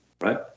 right